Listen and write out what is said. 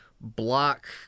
block